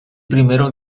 primero